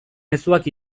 mezuak